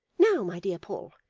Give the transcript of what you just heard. now, my dear paul,